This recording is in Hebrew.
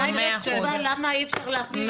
השאלה למה אי אפשר להפעיל את זה,